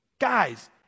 guys